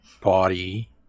body